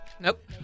Nope